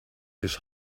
his